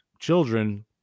Children